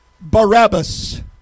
Barabbas